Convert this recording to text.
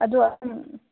ꯑꯗꯨ ꯑꯗꯨꯝ